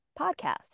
podcast